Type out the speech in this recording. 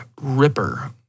Ripper